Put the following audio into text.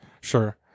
Sure